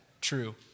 true